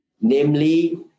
namely